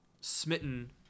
smitten